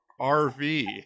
RV